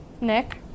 Nick